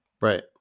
Right